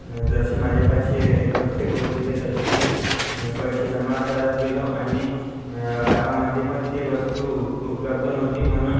जसे माझ्यापाशी इकठ्ठे होत गेले तसे मी पैसे जमा करत गेलो आणि गावामध्ये पण ती वस्तु उ उपलब्ध नव्हती म्हणून